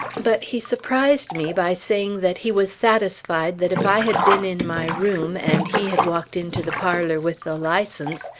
but he surprised me by saying that he was satisfied that if i had been in my room, and he had walked into the parlor with the license,